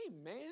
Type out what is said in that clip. Amen